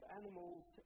animals